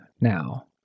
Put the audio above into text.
now